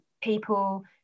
people